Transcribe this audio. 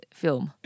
film